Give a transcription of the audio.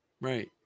Right